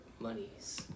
monies